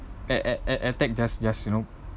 at~ at~ at~ attack just just you know